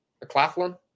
McLaughlin